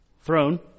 throne